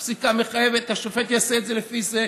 הפסיקה מחייבת והשופט יעשה את זה לפי זה.